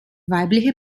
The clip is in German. weibliche